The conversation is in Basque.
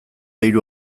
hiru